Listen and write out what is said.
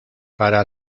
para